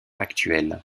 actuels